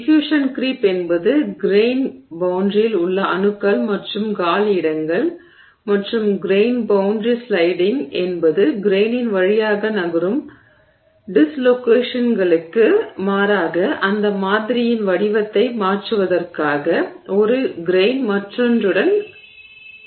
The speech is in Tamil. டிஃப்யூஷன் க்ரீப் என்பது கிரெய்ன் எல்லையில் உள்ள அணுக்கள் மற்றும் காலியிடங்கள் மற்றும் கிரெய்ன் எல்லை ஸ்லைடிங் என்பது கிரெய்னின் வழியாக நகரும் டிஸ்லோகேஷன்களுக்கு மாறாக அந்த மாதிரியின் வடிவத்தை மாற்றுவதற்காக ஒரு கிரெய்ன் மற்றொன்றுடன் சரியும்